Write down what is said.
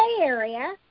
area